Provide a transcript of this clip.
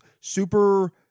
super